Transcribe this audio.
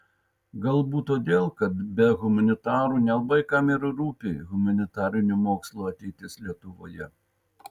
galbūt todėl kad be humanitarų nelabai kam ir rūpi humanitarinių mokslų ateitis lietuvoje